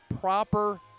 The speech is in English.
proper